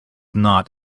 not